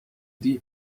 die